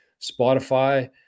Spotify